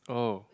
oh